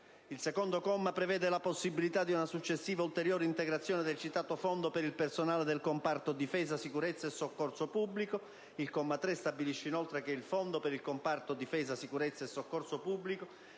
Il comma 2 prevede la possibilità di una successiva ulteriore integrazione del citato fondo per il personale del comparto difesa, sicurezza e soccorso pubblico. Il comma 3 stabilisce inoltre che il fondo per il comparto difesa, sicurezza e soccorso pubblico